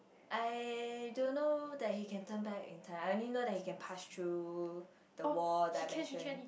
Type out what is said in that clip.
I don't know that he can turn back in term I only know it can pass through the wall dimension